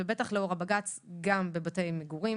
בטח לאור הבג"ץ בבתי מגורים,